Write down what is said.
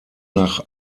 nach